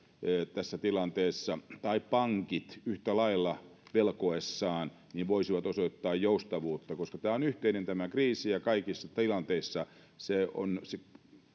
tässä tilanteessa tai pankit yhtä lailla velkoessaan voisivat osoittaa joustavuutta koska tämä kriisi on yhteinen ja kaikissa tilanteissa se